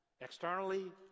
Externally